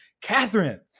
Catherine